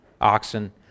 oxen